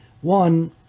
one